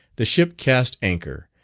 the ship cast anchor,